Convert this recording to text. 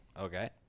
Okay